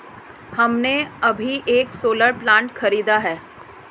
हमने अभी एक सोलर प्लांट खरीदा है